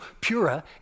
Pura